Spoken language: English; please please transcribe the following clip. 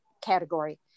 category